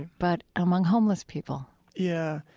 but among homeless people yeah.